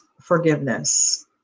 forgiveness